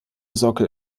sockel